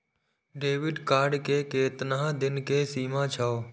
Debit card के केतना दिन के सीमा छै?